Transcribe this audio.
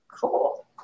cool